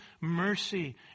mercy